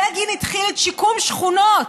בגין התחיל את שיקום שכונות.